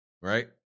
right